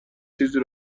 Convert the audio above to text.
چیزی